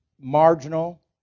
marginal